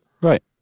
Right